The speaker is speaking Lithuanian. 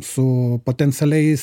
su potencialiais